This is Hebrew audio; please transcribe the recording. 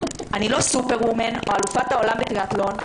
אני לא סופרוומן או אלופת העולם בטריאתלון.